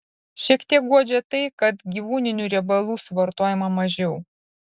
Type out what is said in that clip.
šiek tiek guodžia tai kad gyvūninių riebalų suvartojama mažiau